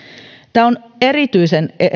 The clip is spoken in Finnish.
tämä on erityisen